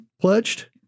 pledged